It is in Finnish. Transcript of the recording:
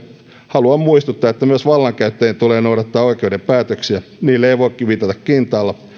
haluan muistuttaa että myös vallankäyttäjien tulee noudattaa oikeuden päätöksiä niille ei voi viitata kintaalla